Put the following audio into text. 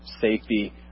safety